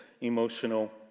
emotional